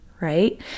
right